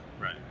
Right